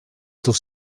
tus